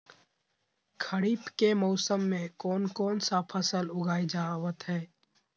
खरीफ के मौसम में कौन कौन सा फसल को उगाई जावत हैं?